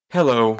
Hello